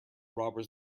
robbers